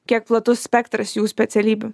kiek platus spektras jų specialybių